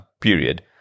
period